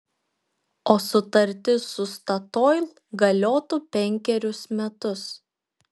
o sutartis su statoil galiotų penkerius metus